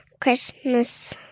Christmas